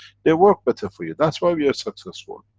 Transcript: they work better for you. that's why we are successful.